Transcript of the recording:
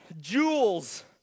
Jewels